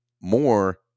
more